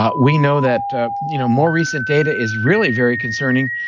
ah we know that you know more recent data is really very concerning.